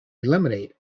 eliminate